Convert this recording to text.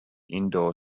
indoor